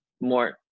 more